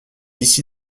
ici